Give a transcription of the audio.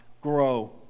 grow